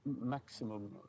maximum